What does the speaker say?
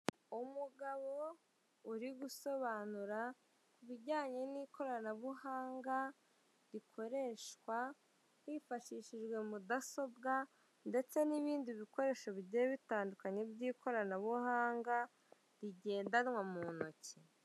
Umugabo uri gusobanura ibijyanye n'ikoranabuhanga rikoreshwa hifashishijwe mudasobwa ndetse n'ibindi bikoresho bigiye bitandukanye by'ikoranabuhanga bigendanwa mu ntoki.